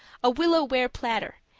a willow-ware platter,